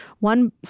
One